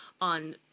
on